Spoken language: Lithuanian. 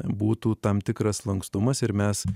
būtų tam tikras lankstumas ir mes